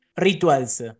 rituals